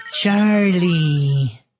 Charlie